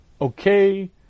okay